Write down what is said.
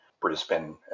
Brisbane